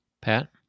Pat